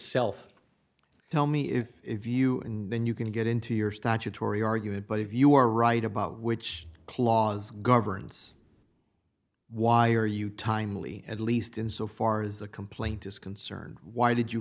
self tell me if if you and then you can get into your statutory argued but if you are right about which clause governs why are you timely at least in so far as the complaint is concerned why did you